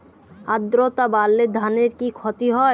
আদ্রর্তা বাড়লে ধানের কি ক্ষতি হয়?